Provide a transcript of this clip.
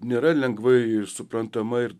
nėra lengvai ir suprantama ir